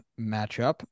matchup